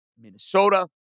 Minnesota